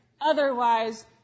Otherwise